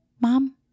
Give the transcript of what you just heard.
mom